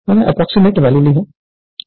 मैंने approximate value ली है